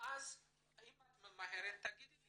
ואז אם את ממהרת, תגידי לי.